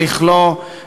לכלוא,